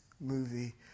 movie